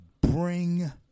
bring